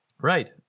right